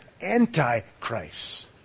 anti-Christ